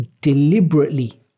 deliberately